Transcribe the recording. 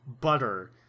Butter